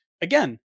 again